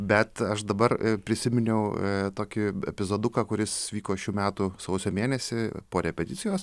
bet aš dabar prisiminiau tokį epizoduką kuris vyko šių metų sausio mėnesį po repeticijos